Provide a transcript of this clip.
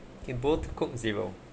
in both coke zero